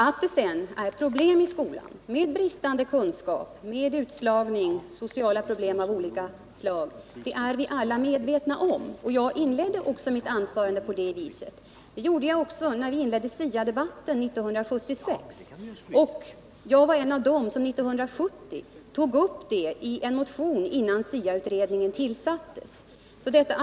Att det sedan är problem i skolan med bristande kunskaper, utslagning och sociala problem av olika slag är vi alla medvetna om. Jag inledde också mitt anförande med detta. Det gjorde jag även när vi hade SIA debatten 1976. Och jag var en av dem som 1970 tog upp detta i en motion med kravet att SIA-utredningen skulle tillsättas.